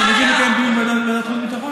אתם רוצים לקיים דיון בוועדת החוץ והביטחון?